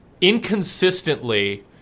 inconsistently